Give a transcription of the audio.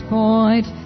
point